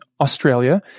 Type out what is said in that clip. Australia